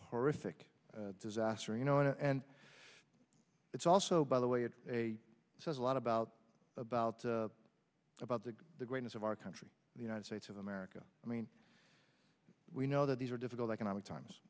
horrific disaster you know and it's also by the way it a lot about about about the greatness of our country the united states of america i mean we know that these are difficult economic times